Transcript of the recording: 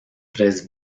tres